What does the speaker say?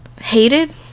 hated